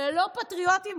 ללא פטריוטים,